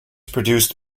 produced